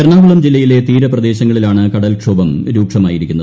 എറണാകുളം ജില്ലയിലെ തീരപ്രദേശങ്ങളിലാണ് കടൽക്ഷോഭം രൂക്ഷമായിരിക്കുന്നത്